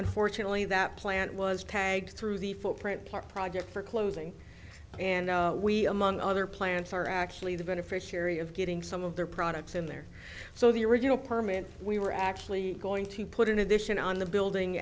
unfortunately that plant was tagged through the footprint park project for closing and we among other plans are actually the beneficiary of getting some of their products in there so the original permanent we were actually going to put in addition on the building